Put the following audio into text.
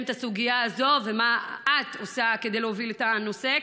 את הסוגיה הזאת ומה את עושה כדי להוביל את הנושא,